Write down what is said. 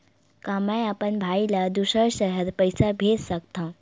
का मैं अपन भाई ल दुसर शहर पईसा भेज सकथव?